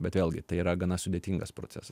bet vėlgi tai yra gana sudėtingas procesas